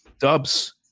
Dubs